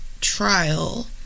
trial